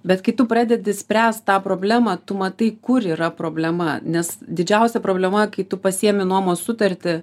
bet kai tu pradedi spręst tą problemą tu matai kur yra problema nes didžiausia problema kai tu pasiėmi nuomos sutartį